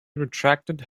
retracted